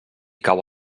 cau